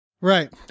Right